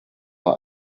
bei